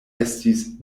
estis